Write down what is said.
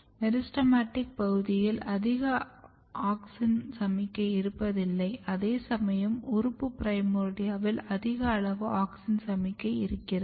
meristematic பகுதியில் அதிக auxin சமிக்ஞை இருப்பதில்லை அதேசமயம் உறுப்பு பிரைமோர்டியாவில் அதிக அளவு ஆக்ஸின் சமிக்ஞை இருக்கிறது